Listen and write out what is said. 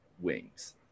wings